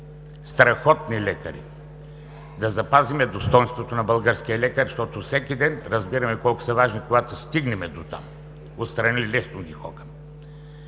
страхотни лекари – да запазим достойнството на българския лекар, защото всеки ден разбираме колко са важни, когато стигнем дотам. Отстрани лесно ги хокаме.